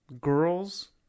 girls